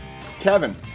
Kevin